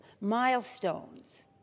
milestones